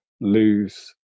lose